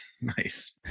Nice